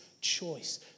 choice